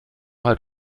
halt